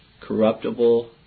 corruptible